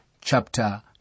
chapter